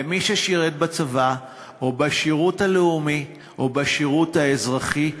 למי ששירת בצבא או בשירות הלאומי או בשירות האזרחי.